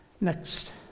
next